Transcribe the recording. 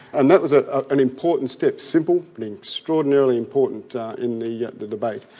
and that was ah an important step, simple but extraordinarily important in the yeah the debate.